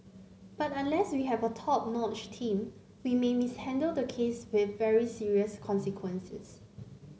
but unless we have a top notch team we may mishandle the case with very serious consequences